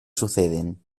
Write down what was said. suceden